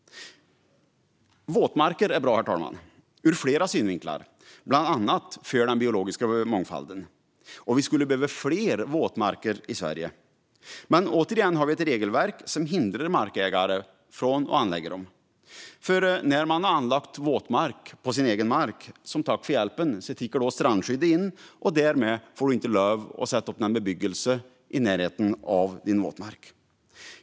Våtmarker är bra, ur flera synvinklar, bland annat för den biologiska mångfalden. Vi skulle behöva fler våtmarker i Sverige. Men återigen har vi ett regelverk som hindrar markägare från att anlägga dem. När man har anlagt våtmark på sin egen mark kickar nämligen, som tack för hjälpen, strandskyddet in. Därmed får man inte lov att sätta upp någon bebyggelse i närheten av våtmarken.